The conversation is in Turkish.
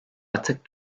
atık